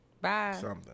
Bye